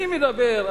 אני עכשיו,